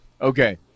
Okay